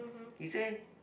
he say